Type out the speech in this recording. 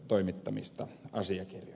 arvoisa puhemies